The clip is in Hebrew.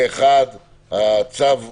פה אחד הצו אושר.